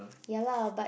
ya lah but